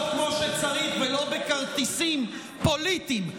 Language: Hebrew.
כמו שצריך ולא בכרטיסים פוליטיים,